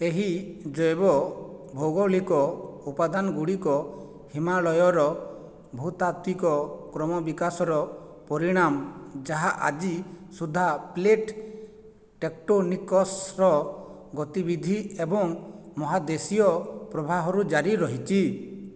ଏହି ଜୈବ ଭୌଗୋଳିକ ଉପାଦାନ ଗୁଡ଼ିକ ହିମାଳୟର ଭୂତାତ୍ତ୍ୱିକ କ୍ରମ ବିକାଶର ପରିଣାମ ଯାହା ଆଜି ସୁଦ୍ଧା ପ୍ଲେଟ୍ ଟେକ୍ଟୋନିକ୍ସର ଗତିବିଧି ଏବଂ ମହାଦେଶୀୟ ପ୍ରବାହରୁ ଜାରି ରହିଛି